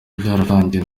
byararangiye